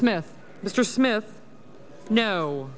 smith mr smith no